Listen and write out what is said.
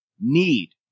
need